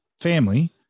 family